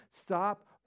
stop